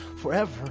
forever